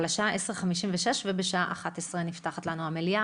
אבל השעה 10:56 ובשעה 11:00 נפתחת לנו המליאה